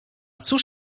cóż